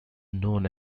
known